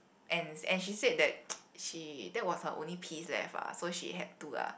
ants and she said that she that was her only piece left lah so she had to lah